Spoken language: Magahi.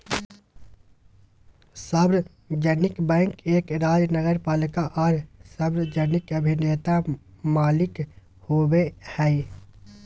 सार्वजनिक बैंक एक राज्य नगरपालिका आर सार्वजनिक अभिनेता मालिक होबो हइ